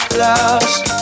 lost